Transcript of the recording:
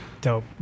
Dope